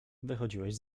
wychodziłeś